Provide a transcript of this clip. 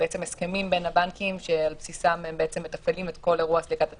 הסכמים בין הבנקים שעל בסיסם מתפעלים את כל אירוע סליקת השיקים.